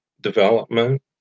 development